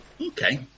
okay